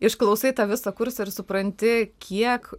išklausai tą visą kursą ir supranti kiek